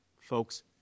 Folks